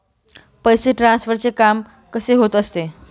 पैसे ट्रान्सफरचे काम कसे होत असते?